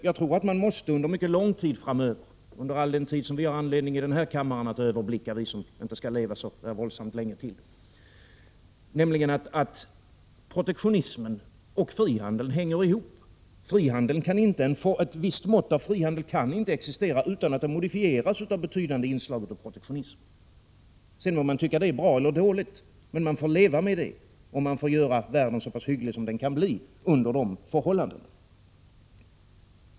Jag tror nämligen att man under mycket lång tid framöver — under all den tid som vi här i kammaren, som inte skall leva så våldsamt länge till, har anledning att överblicka — måste räkna med att protektionismen och frihandeln hänger ihop. Ett visst mått av frihandel kan inte existera utan att modifieras av betydande inslag av protektionism. Sedan må man tycka att det är bra eller dåligt, men man får leva med det och man får göra världen så pass hygglig som den kan bli under de förhållandena.